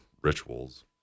rituals